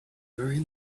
very